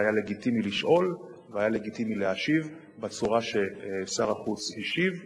זה היה לגיטימי לשאול והיה לגיטימי להשיב בצורה ששר החוץ השיב.